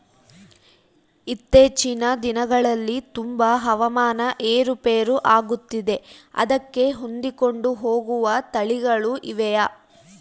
ಇತ್ತೇಚಿನ ದಿನಗಳಲ್ಲಿ ತುಂಬಾ ಹವಾಮಾನ ಏರು ಪೇರು ಆಗುತ್ತಿದೆ ಅದಕ್ಕೆ ಹೊಂದಿಕೊಂಡು ಹೋಗುವ ತಳಿಗಳು ಇವೆಯಾ?